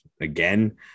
again